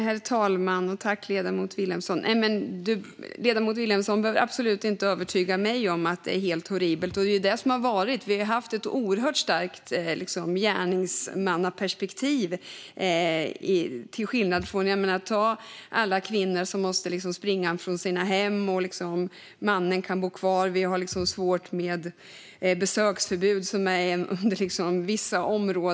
Herr talman! Ledamot Vilhelmsson behöver absolut inte övertyga mig om att det är helt horribelt. Det har varit ett oerhört starkt gärningsmannaperspektiv till skillnad från alla kvinnor som måste springa från sina hem. Mannen får bo kvar, och det är svårt att ordna besöksförbud.